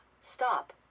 stop